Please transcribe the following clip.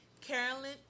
Carolyn